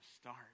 start